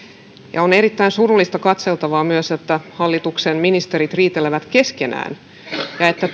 ja on erittäin surullista katseltavaa myös että hallituksen ministerit riitelevät keskenään ja että